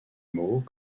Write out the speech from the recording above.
mots